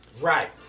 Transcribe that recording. Right